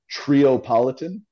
Triopolitan